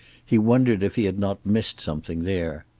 he wondered if he had not missed something there.